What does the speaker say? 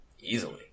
easily